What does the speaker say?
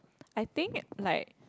I think like